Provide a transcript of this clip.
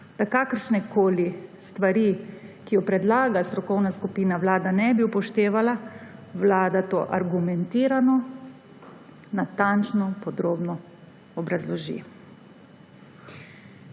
da kakršnekoli stvari, ki jo predlaga strokovna skupina, Vlada ne bi upoštevala, Vlada to argumentirano, natančno, podrobno obrazloži.